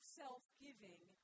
self-giving